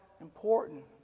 important